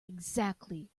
exactly